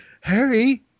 harry